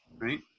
right